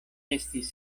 estis